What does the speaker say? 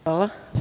Hvala.